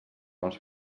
els